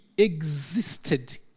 Existed